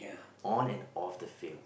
on and off the field